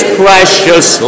precious